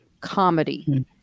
comedy